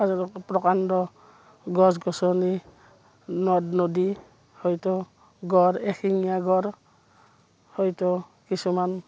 প্ৰকাণ্ড গছ গছনি নদ নদী হয়তো গড় এশিঙীয়া গড় হয়তো কিছুমান